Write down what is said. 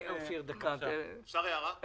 זורקים.